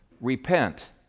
repent